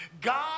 God